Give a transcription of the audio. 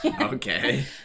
Okay